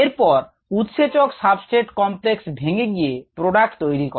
এরপর উৎসেচক substrate complex ভেঙ্গে গিয়ে প্রোডাক্ট তৈরি করে